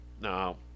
no